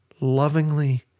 lovingly